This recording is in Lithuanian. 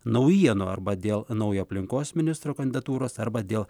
naujienų arba dėl naujo aplinkos ministro kandidatūros arba dėl